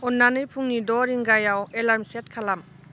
अन्नानै फुंनि द' रिंगायाव एलार्म सेट खालाम